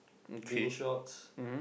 green shorts